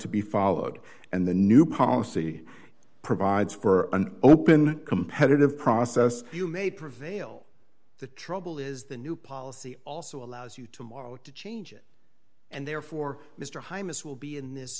to be followed and the new policy provides for an open competitive process you may prevail the trouble is the new policy also allows you to morrow to change it and therefore mr highness will be in this